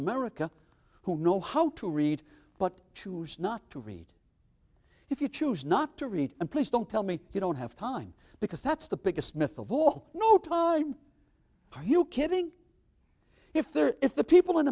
america who know how to read but choose not to read if you choose not to read and please don't tell me you don't have time because that's the biggest myth of all no time are you kidding if they're if the people in